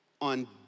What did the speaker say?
on